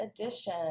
edition